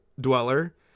dweller